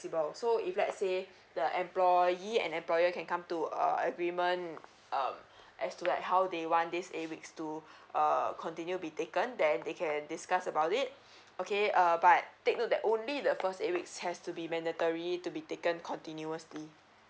so if let's say the employee and employer you can come to agreement uh as to like how they want this eight weeks to err continue be taken then they can discuss about it okay uh but take note that only the first eight weeks has to be mandatory to be taken continuously